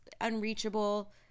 Unreachable